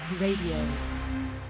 RADIO